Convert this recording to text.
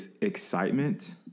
excitement